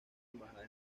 embajada